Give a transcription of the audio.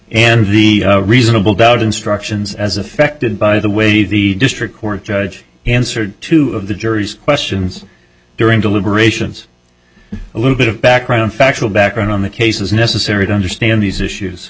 and reasonable doubt instructions as affected by the way the district court judge he answered two of the jury's questions during deliberations a little bit of background factual background on the cases necessary to understand these issues